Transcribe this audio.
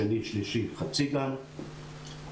שני שלישי וחצי גן ברביעי,